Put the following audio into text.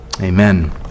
Amen